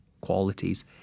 qualities